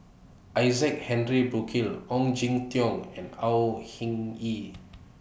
Isaac Henry Burkill Ong Jin Teong and Au Hing Yee